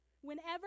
Whenever